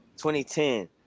2010